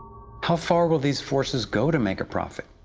how far will these forces go to make a profit?